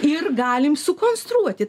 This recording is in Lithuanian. ir galim sukonstruoti